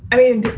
i mean,